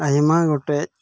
ᱟᱭᱢᱟ ᱜᱚᱴᱮᱡ